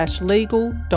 legal